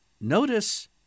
notice